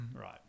Right